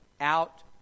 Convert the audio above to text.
out